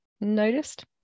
noticed